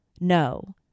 No